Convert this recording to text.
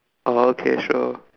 oh okay sure